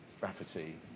Rafferty